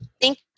Thank